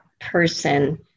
person